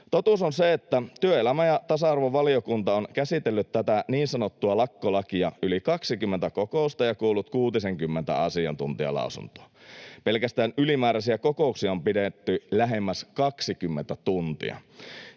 Totuus on se, että työelämä- ja tasa-arvovaliokunta on käsitellyt tätä niin sanottua lakkolakia yli 20 kokousta ja kuullut kuutisenkymmentä asiantuntijalausuntoa. Pelkästään ylimääräisiä kokouksia on pidetty lähemmäs 20 tuntia.